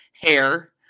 Hair